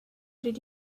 did